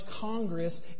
Congress